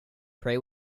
pray